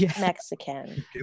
Mexican